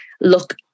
look